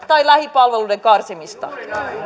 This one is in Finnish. tai lähipalveluiden karsimista